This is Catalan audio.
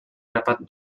grapat